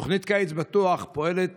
תוכנית קיץ בטוח פועלת